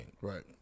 Right